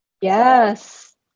Yes